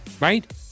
right